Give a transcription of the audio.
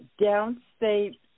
downstate